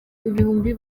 ibihumbi